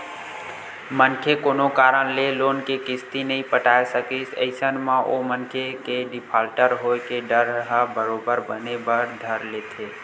मनखे कोनो कारन ले लोन के किस्ती नइ पटाय सकिस अइसन म ओ मनखे के डिफाल्टर होय के डर ह बरोबर बने बर धर लेथे